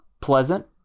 pleasant